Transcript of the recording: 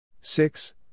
Six